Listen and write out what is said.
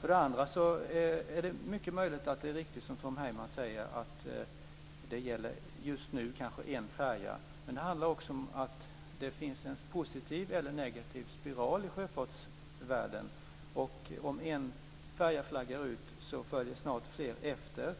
För det andra är det mycket möjligt att det är riktigt som Tom Heyman säger, nämligen att det just nu gäller en färja. Men det handlar om att det finns en positiv eller negativ spiral i sjöfartsvärlden. Om en färja flaggar ut följer snart fler efter.